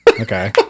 Okay